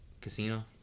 Casino